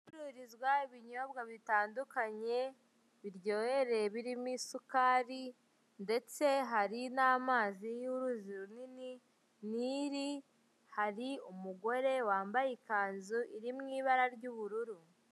Ahacururizwa ibinyobwa bitandukanye biryohereye birimo isukari, ndetse hari n'amazi y'uruzi runini niri hari umugore wambaye ikanzu iri mu ibara ry'ubururu.